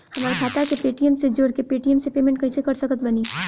हमार खाता के पेटीएम से जोड़ के पेटीएम से पेमेंट कइसे कर सकत बानी?